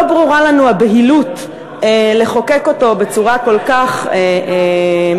לא ברורה לנו הבהילות לחוקק אותו בצורה כל כך מהירה,